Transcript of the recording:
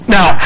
Now